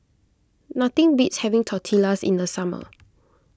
nothing beats having Tortillas in the summer